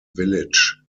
village